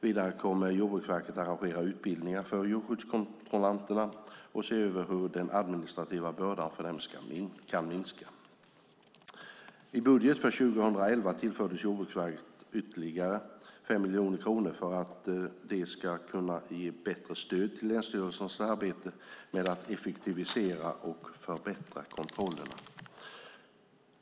Vidare kommer Jordbruksverket att arrangera utbildningar för djurskyddskontrollanterna och se över hur den administrativa bördan för dem kan minska. I budgeten för 2011 tillfördes Jordbruksverket ytterligare 5 miljoner kronor för att det ska kunna ge bättre stöd till länsstyrelsernas arbete med att effektivisera och förbättra kontrollerna.